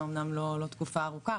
אמנם לא תקופה ארוכה,